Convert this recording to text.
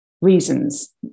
reasons